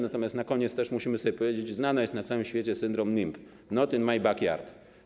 Natomiast na koniec też musimy sobie powiedzieć, że znany jest na całym świecie syndrom NIMBY, not in my back yard.